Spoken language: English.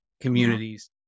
communities